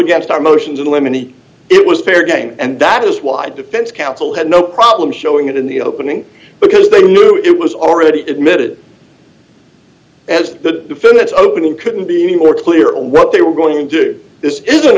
against our motions and lemony it was fair game and that is why defense counsel had no problem showing it in the opening because they knew it was already admitted as the defendants opening couldn't be more clear on what they were going to do this is